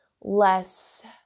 less